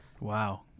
Wow